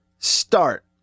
Start